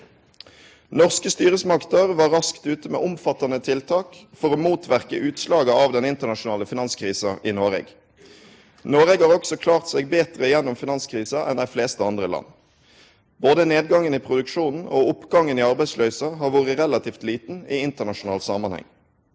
Norske styresmakter var raskt ute med omfattande tiltak for å motverke utslaga av den internasjonale finanskrisa i Noreg. Noreg har også klart seg betre gjennom finanskrisa enn dei fleste andre land. Både nedgangen i produksjonen og oppgangen i arbeidsløysa har vore relativt liten i internasjonal samanheng.